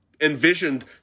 envisioned